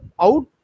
out